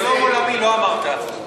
שלום עולמי לא אמרת.